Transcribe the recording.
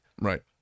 right